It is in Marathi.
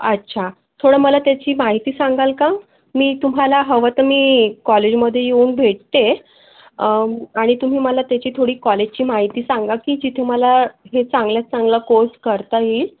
अच्छा थोडं मला त्याची माहिती सांगाल का मी तुम्हाला हवं तर मी कॉलेजमध्ये येऊन भेटते आणि तुम्ही मला त्याची थोडी कॉलेजची माहिती सांगा की जिथे मला हे चांगल्यात चांगला कोर्स करता येईल